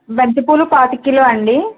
బంతి పూలు పాతిక కిలో అండి